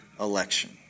election